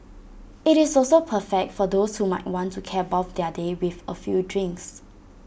IT is also perfect for those who might want to cap off their day with A few drinks